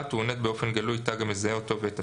(1)הוא עונד באופן גלוי תג המזהה אותו ואת תפקידו,